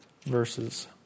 verses